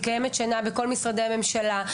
היא קיימת שנה בכל משרדי הממשלה,